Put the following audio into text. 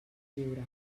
lliure